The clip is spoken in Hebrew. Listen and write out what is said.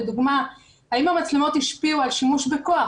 לדוגמה האם המצלמות השפיעו על שימוש בכוח,